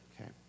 okay